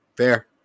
Fair